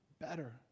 better